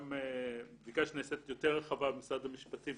בדיקה יותר רחבה שנעשית במשרד המשפטים,